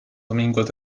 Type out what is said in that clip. domingos